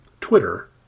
Twitter